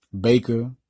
Baker